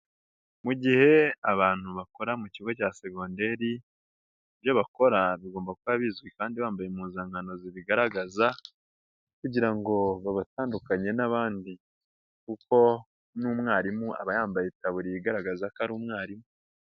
Mu gihe abantu bakora mu kigo cya secondari, ibyo bakora bigomba kuba bizwi kandi bambaye impuzankano zibigaragaza kugira ngo babatandu n'abandi kuko n'umwarimu aba yambaye itaburiya igaragaza ko ari umwarimu.